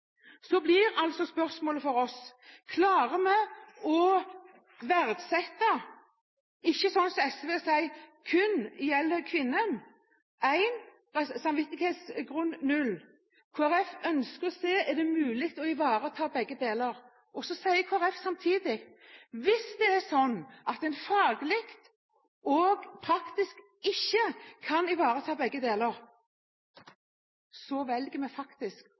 Spørsmålet for oss i Kristelig Folkeparti blir altså om vi klarer å verdsette og ivareta – ikke som SV sier: kvinnens rett til helsehjelp «1» og samvittighetsfrihet «0» – men begge deler. I Kristelig Folkeparti sier vi samtidig at hvis det er sånn at en faglig og praktisk ikke kan ivareta begge deler, så velger vi faktisk